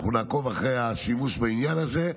אנחנו נעקוב אחרי השימוש בעניין הזה,